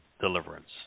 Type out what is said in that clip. deliverance